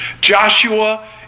Joshua